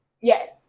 Yes